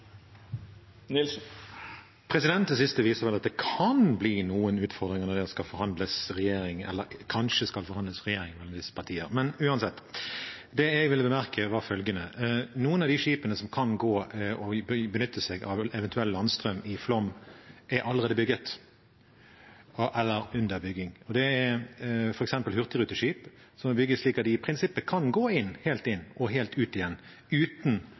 Det siste viser vel at det kan bli noen utfordringer når det kanskje skal forhandles om regjering mellom disse partier. Det jeg ville bemerke, var følgende: Noen av de skipene som kan gå og benytte seg av eventuell landstrøm i Flåm, er allerede bygget eller under bygging. Det er f.eks. hurtigruteskip som er bygget slik at de i prinsippet kan gå helt inn og helt ut igjen